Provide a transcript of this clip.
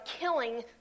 killing